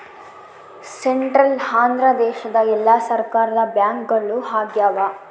central ಅಂದ್ರ ದೇಶದ ಎಲ್ಲಾ ಸರ್ಕಾರದ ಬ್ಯಾಂಕ್ಗಳು ಆಗ್ಯಾವ